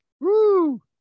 Woo